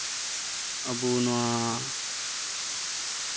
ᱟᱵᱚ ᱱᱚᱣᱟ